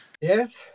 Yes